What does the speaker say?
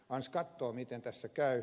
ans kattoo miten tässä käy